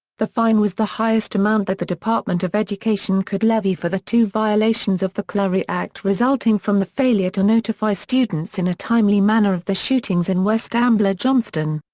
the fine was the highest amount that the department of education could levy for the two violations of the clery act resulting from the failure to notify students in a timely manner of the shootings in west ambler johnston.